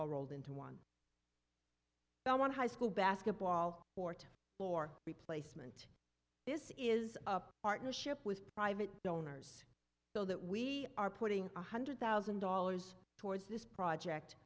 all rolled into one by one high school basketball court for replacement this is a partnership with private donors so that we are putting one hundred thousand dollars towards this project